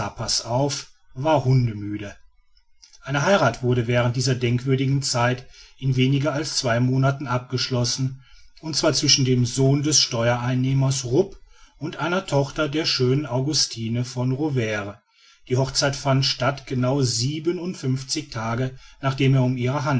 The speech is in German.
passauf war hundemüde eine heirat wurde während dieser denkwürdigen zeit in weniger als zwei monaten abgeschlossen und zwar zwischen dem sohn des steuereinnehmers rupp und einer tochter der schönen augustine von rovere die hochzeit fand statt genau siebenundfünfzig tage nachdem er um ihre